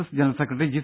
S general secretary G